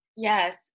Yes